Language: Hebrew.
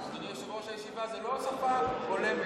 אדוני יושב-ראש הישיבה, זו לא שפה הולמת.